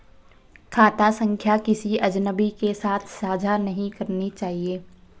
खाता संख्या किसी अजनबी के साथ साझा नहीं करनी चाहिए